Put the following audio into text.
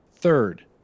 Third